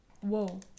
Whoa